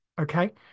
Okay